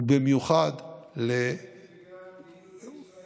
זה גם בגלל המדיניות הישראלית,